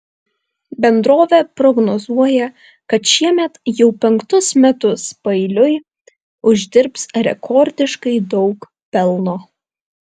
bendrovė prognozuoja kad šiemet jau penktus metus paeiliui uždirbs rekordiškai daug pelno